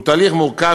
הוא תהליך מורכב,